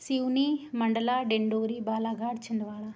Seoni Mandla Dindori Balaghat Chhindwara